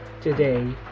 today